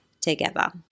together